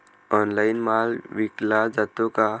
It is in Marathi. ऑनलाइन माल विकला जातो का?